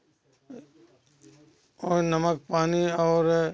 और नमक पानी और